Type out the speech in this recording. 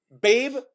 Babe